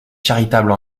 charitable